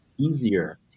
easier